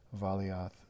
Valiath